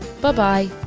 bye-bye